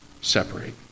separate